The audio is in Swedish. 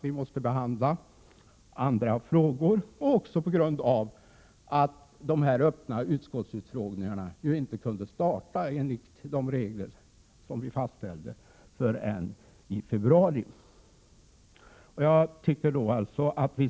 Vi måste behandla andra frågor, och de öppna utskottsutfrågningarna kunde enligt de regler som vi fastställde inte starta förrän i februari.